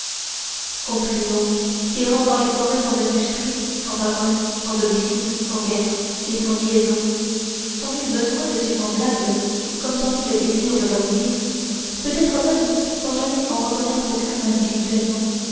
concluons qu'errant dans les forêts sans industrie sans parole sans domicile sans guerre et sans liaisons sans nul besoin de ses semblables comme sans nul désir de leur nuire peut-être même sans jamais en reconnaître aucun individuellement